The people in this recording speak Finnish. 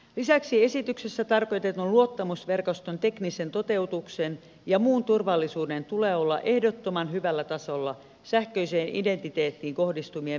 lisäksi esityksessä tarkoitetun luottamusverkoston teknisen toteutuksen ja muun turvallisuuden tulee olla ehdottoman hyvällä tasolla sähköiseen identiteettiin kohdistuvien väärinkäytösten varalta